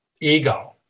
ego